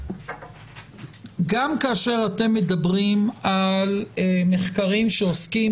גם כאשר אתם מדברים על מחקרים שעוסקים